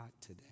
today